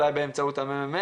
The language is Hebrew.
אולי באמצעות המ.מ.מ,